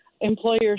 employers